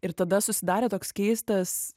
ir tada susidarė toks keistas